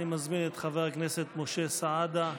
אני מזמין את חבר הכנסת משה סעדה,